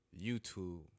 YouTube